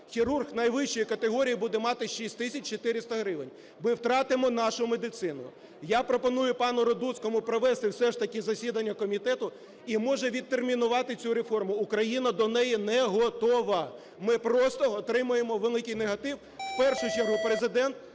Хірург найвищої категорії буде мати 6 тисяч 400 гривень. Ми втратимо нашу медицину. Я пропоную пану Радуцькому провести все ж таки засідання комітету і, може, відтермінувати цю реформу. Україна до неї не готова, ми просто отримаємо великий негатив, в першу чергу Президент,